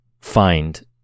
find